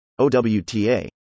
OWTA